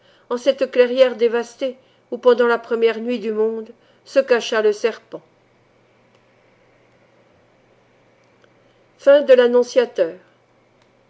en cette clairière dévastée où pendant la première nuit du monde se cacha le serpent